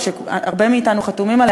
ושהרבה מאתנו חתומים עליה,